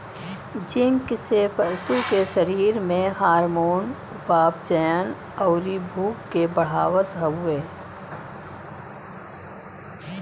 zinc से पशु के शरीर में हार्मोन, उपापचयन, अउरी भूख के बढ़ावत हवे